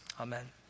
Amen